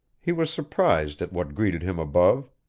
he was surprised at what greeted him above.